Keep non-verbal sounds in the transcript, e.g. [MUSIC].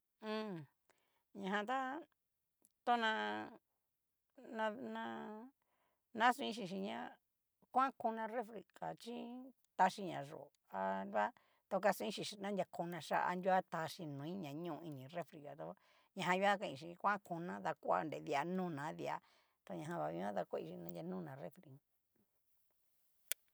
[HESITATION] ña jan ta to ná na- na na astoin xhinxhi ña kuan tona refri ka chí taxi nayó a nrua tu kastoin xhinxhi, adria konachia a nruguan taxhi noi, ña ño ini refrika dó ñajan nguan kain xhinxhi koa kona dakuanri di'a nona di'a tanajan va nguan dakuachí naña nona refri ján.